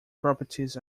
properties